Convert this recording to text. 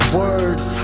words